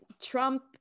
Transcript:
Trump